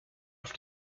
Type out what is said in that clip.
auf